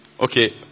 Okay